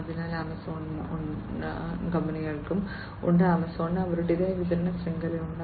അതിനാൽ ആമസോണിന് ഉണ്ട് എല്ലാ കമ്പനികൾക്കും ഉണ്ട് ആമസോണിനും അവരുടേതായ വിതരണ ശൃംഖലയുണ്ട്